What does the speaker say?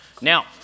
Now